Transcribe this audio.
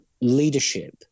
leadership